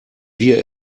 wir